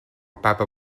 papa